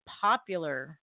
popular